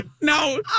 No